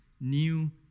new